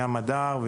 ים מדר,